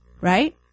right